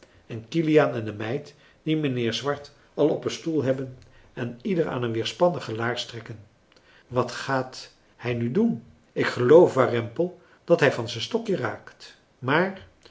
en kiliaan en de meid die mijnheer swart al op een stoel hebben en ieder aan een weerspannige laars trekken wat gaat hij nu doen ik geloof warempel dat hij van zijn stokje raakt maar